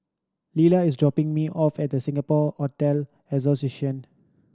Lela is dropping me off at Singapore Hotel Association